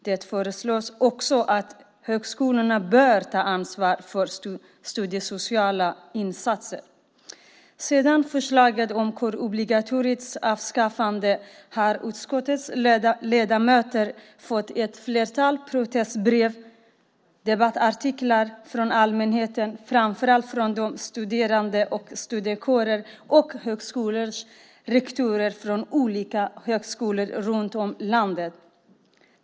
Det föreslås också att högskolorna bör ta ansvar för studiesociala insatser. Sedan förslaget om kårobligatoriets avskaffande har utskottets ledamöter fått ett flertal protestbrev och debattartiklar från allmänheten och framför allt från studerande, studentkårer och rektorer vid olika högskolor runt om i landet.